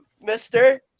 mister